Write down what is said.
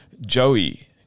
Joey